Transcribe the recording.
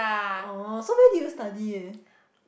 orh so where did you study eh